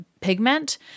pigment